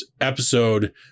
episode